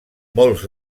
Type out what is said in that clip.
molts